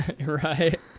Right